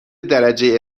درجه